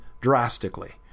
drastically